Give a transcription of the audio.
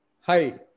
Hi